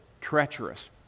treacherous